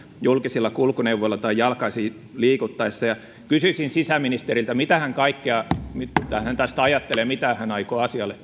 julkisilla kulkuneuvoilla tai jalkaisin liikuttaessa kysyisin sisäministeriltä mitähän kaikkea hän tästä ajattelee ja mitä hän aikoo asialle